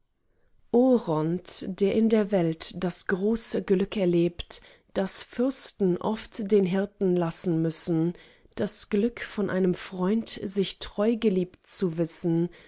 oront der in der welt das große glück erlebt das fürsten oft den hirten lassen müssen das glück von einem freund sich treu geliebt zu wissen